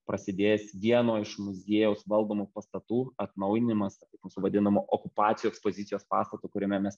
prasidės vieno iš muziejaus valdomų pastatų atnaujinimas mūsų vadinamo okupacijų ekspozicijos pastatu kuriame mes